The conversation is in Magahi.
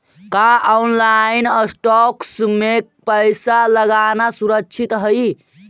का ऑनलाइन स्टॉक्स में पैसा लगाना सुरक्षित हई